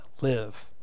live